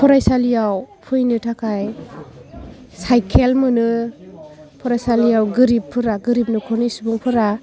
फरायसालियाव फैनो थाखाय साइकेल मोनो फरायसालिआव गोरिबफोरा गोरिब न'खरनि सुबुंफोरा